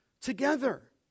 together